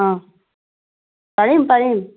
অঁ পাৰিম পাৰিম